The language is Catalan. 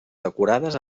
decorades